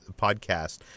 podcast